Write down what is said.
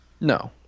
No